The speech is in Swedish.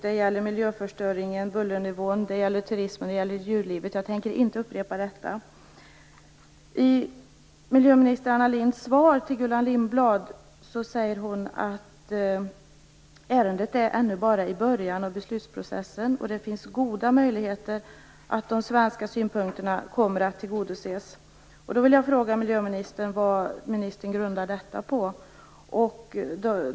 Det gäller miljöförstöringen, bullernivån, turismen och djurlivet. Jag tänker inte upprepa detta. Lindblad säger hon att ärendet ännu bara är i början av beslutsprocessen och att det finns goda möjligheter att de svenska synpunkterna kommer att tillgodoses. Då vill jag fråga miljöministern vad hon grundar det på.